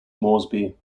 moresby